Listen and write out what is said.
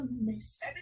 Miss